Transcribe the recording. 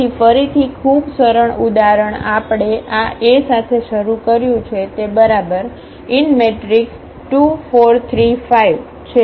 તેથી ફરીથી ખૂબ સરળ ઉદાહરણ આપણે આ એ સાથે શરૂ કર્યું છે તે બરાબર 2 4 3 5 છે